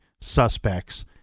suspects